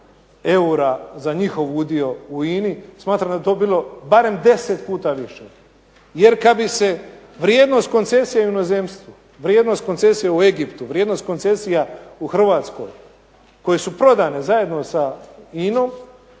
eura za njihov udio u INA-i. Smatram da bi to bilo barem 10 puta više. Jer kada bi se vrijednost koncesije u inozemstvu, vrijednost koncesije u Egiptu, vrijednost koncesija u Hrvatskoj koje su prodane zajedno sa INA-om